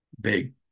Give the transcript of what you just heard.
big